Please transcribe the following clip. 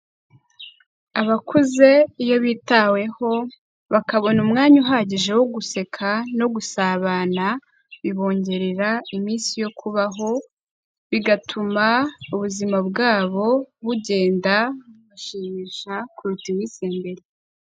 Abakuze iyo bitaweho bakabona umwanya uhagije wo guseka no gusabana bibongerera iminsi yo kubaho, bigatuma ubuzima bwabo bugenda bushimisha kuruta iminsi ya mbere.